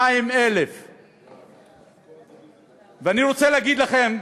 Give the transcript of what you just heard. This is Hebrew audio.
132,000. ואני רוצה להגיד לכם,